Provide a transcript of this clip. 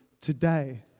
today